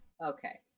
Okay